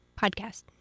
podcast